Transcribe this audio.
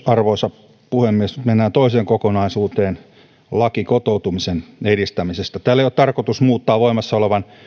arvoisa puhemies nyt mennään toiseen kokonaisuuteen lakiin kotoutumisen edistämisestä tällä ei ole tarkoitus muuttaa voimassa olevan